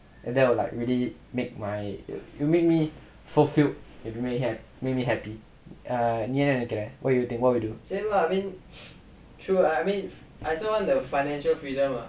and that will like really make my will make me fulfilled and make me make me happy err நீ என்ன நெனைக்குற:nee enna nenaikkura what you think W